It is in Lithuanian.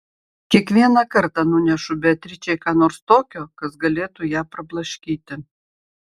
kiekvieną kartą nunešu beatričei ką nors tokio kas galėtų ją prablaškyti